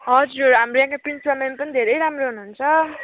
हजुर हाम्रो यहाँको प्रिन्सिपल म्याम पनि धेरै राम्रो हुनुहुन्छ